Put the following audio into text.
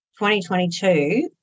2022